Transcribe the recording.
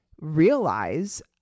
realize